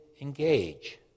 engage